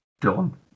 done